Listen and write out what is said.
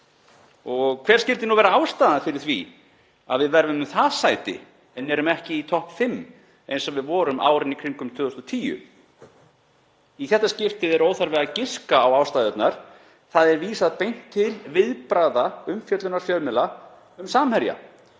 Og hver skyldi vera ástæðan fyrir því að við vermum það sæti en erum ekki í topp fimm eins og við vorum árin í kringum 2010? Í þetta skiptið er óþarfi að giska á ástæðuna; það er vísað beint til viðbragða umfjöllunar fjölmiðla um Samherja